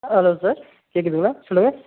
hello sir கேட்குதுங்களா சொல்லுங்கள்